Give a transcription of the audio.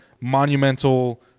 monumental